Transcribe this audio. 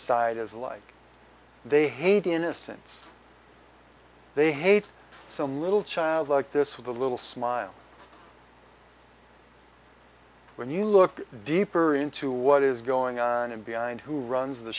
side is like they hate innocence they hate some little child like this with a little smile when you look deeper into what is going on and beyond who runs the